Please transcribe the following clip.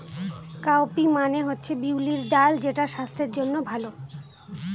cowpea মানে হচ্ছে বিউলির ডাল যেটা স্বাস্থ্যের জন্য ভালো